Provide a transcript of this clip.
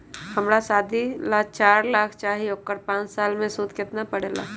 हमरा शादी ला चार लाख चाहि उकर पाँच साल मे सूद कितना परेला?